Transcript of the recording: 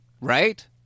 right